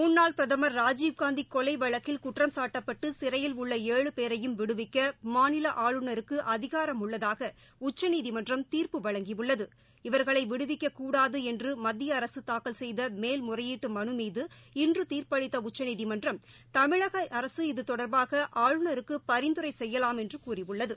முன்னாள் பிரதமர் ராஜீவ்காந்தி கொலை வழக்கில் குற்றம்சாட்டு சிறையில் ஏழு பேரையும் விடுவிக்க மாநில ஆளுநருக்கு அதிகாரம் உள்ளதாக உச்சநீதிமன்றம் தீர்ப்பு வழங்கியுள்ளது இவர்களை விடுவிக்கக்கூடாது என்று மத்திய அரசு தாக்கல் செய்த மேல்முறையீட்டு மனு மீது இன்று தீர்ப்பளித்த உச்சநீதிமன்றம் தமிழக அரசு இது தொடர்பாக ஆளுநருக்கு பரிந்துரை செய்யலாம் என்று கூறியுள்ளது